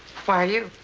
why are you?